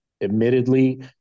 admittedly